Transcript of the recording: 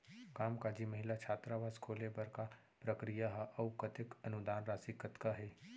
कामकाजी महिला छात्रावास खोले बर का प्रक्रिया ह अऊ कतेक अनुदान राशि कतका हे?